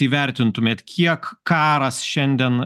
įvertintumėt kiek karas šiandien